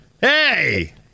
hey